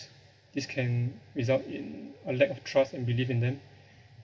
this can result in a lack of trust and belief in them